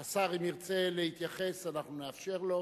השר, אם ירצה להתייחס, אנחנו נאפשר לו.